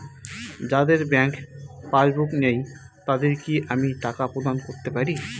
যাদের bank passbook নেই তাদের কি আমি টাকা প্রদান করতে পারি?